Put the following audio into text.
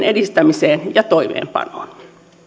edistämiseen ja toimeenpanoon